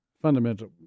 fundamental